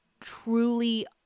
truly